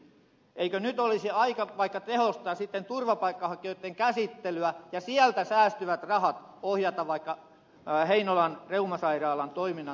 eikö nyt olisi aika vaikka tehostaa turvapaikanhakijoitten käsittelyä ja sieltä säästyvät rahat ohjata vaikka heinolan reumasairaalan toiminnan turvaamiseen